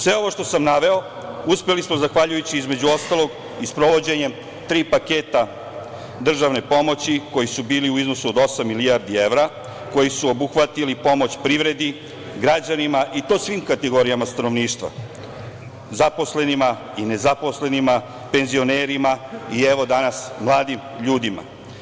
Sve ovo što sam naveo uspeli smo zahvaljujući, između ostalog, i sprovođenjem tri paketa državne pomoći koji su bili u iznosu od osam milijardi evra, koji su obuhvatili pomoć privredi, građanima, i to svim kategorijama stanovništva, zaposlenima i nezaposlenima, penzionerima i danas mladim ljudima.